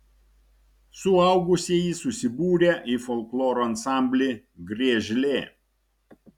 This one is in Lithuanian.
suaugusieji susibūrę į folkloro ansamblį griežlė